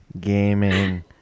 gaming